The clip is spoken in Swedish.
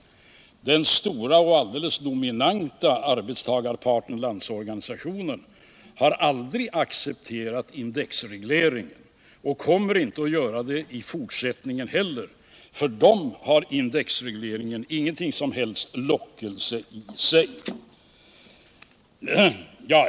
Men den stora och helt dominerande arbetstagarparten Landsorganisationen har aldrig accepterat indexreglering och kommer inte att göra det i fortsättningen heller. För LO har indexreglering ingen som helst lockelse i sig.